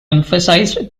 emphasized